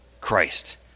Christ